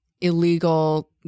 illegal